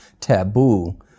taboo